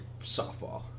softball